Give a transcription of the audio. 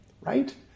right